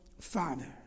Father